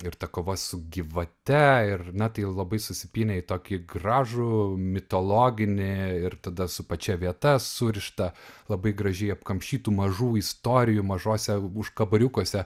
ir ta kova su gyvate ir na tai labai susipynę į tokį gražų mitologinį ir tada su pačia vieta surišta labai gražiai apkamšytų mažų istorijų mažuose užkaboriukuose